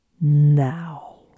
now